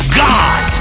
god